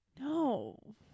No